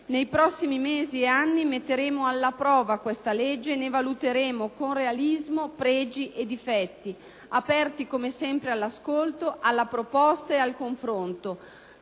Nei prossimi mesi e anni metteremo alla prova questa legge e ne valuteremo con realismo pregi e difetti, rimanendo, come sempre, aperti all'ascolto, alla proposta e al confronto.